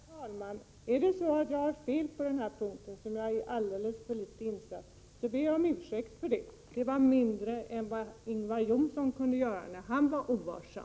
Herr talman! Är det så att jag har fel på denna punkt, som jag är alldeles för dåligt insatt i, så ber jag om ursäkt för det. Det är mer än vad Ingvar Johnsson kunde göra när han var ovarsam.